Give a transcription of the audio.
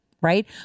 right